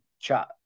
chat